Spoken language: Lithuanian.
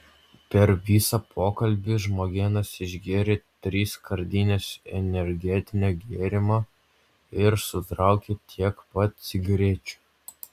per visą pokalbį žmogėnas išgėrė tris skardines energetinio gėrimo ir sutraukė tiek pat cigarečių